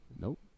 Nope